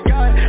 God